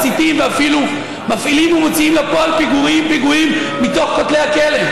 מסיתים ואפילו מפעילים ומוציאים לפועל פיגועים מתוך כותלי הכלא.